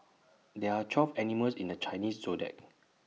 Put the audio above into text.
there are twelve animals in the Chinese Zodiac